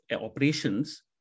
operations